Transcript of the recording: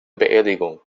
beerdigung